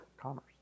commerce